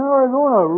Arizona